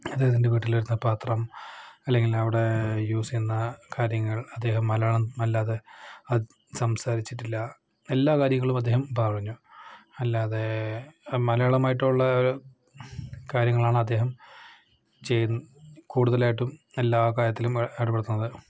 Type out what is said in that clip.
അദ്ദേഹത്തിൻ്റെ വീട്ടില് വരുന്ന പത്രം അല്ലെങ്കിൽ അവിടെ യൂസ് ചെയ്യുന്ന കാര്യങ്ങൾ അദ്ദേഹം മലയാളം അല്ലാതെ ആ സംസാരിച്ചിട്ടില്ല എല്ലാ കാര്യങ്ങളും അദ്ദേഹം പറഞ്ഞു അല്ലാതെ മലയാളവുമായിട്ടുള്ള ഒരു കാര്യങ്ങളാണ് അദ്ദേഹം ചെയ്യുന്ന കൂടുതലായിട്ടും എല്ലാ കാര്യത്തിലും ഇടപെടുത്തുന്നത്